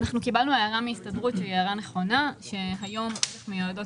ה-5% האלה זו בעצם תשואה שכוללת בתוכה את הוצאות